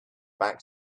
back